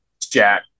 jack